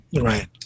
Right